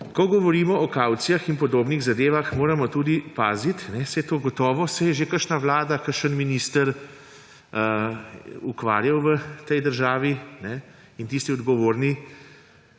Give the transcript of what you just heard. Ko govorimo o kavcijah in podobnih zadevah, moramo tudi paziti – saj gotovo se je že kakšna vlada, kakšen minister ukvarjal v tej državi s tem, in tisti odgovorni